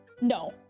No